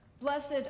Blessed